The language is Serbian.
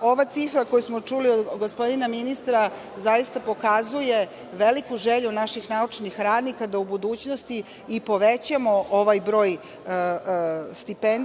Ova cifra koju smo čuli od gospodina ministra zaista pokazuje veliku želju naših naučnih radnika da u budućnosti povećamo ovaj broj stipendija,